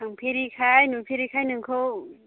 थांफेरैखाय नुफेरैखाय नोंखौ